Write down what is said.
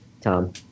Tom